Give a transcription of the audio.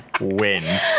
wind